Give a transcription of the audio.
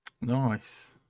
nice